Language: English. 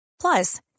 Plus